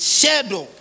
shadow